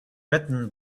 written